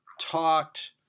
talked